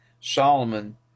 Solomon